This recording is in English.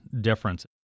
difference